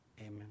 Amen